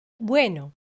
Bueno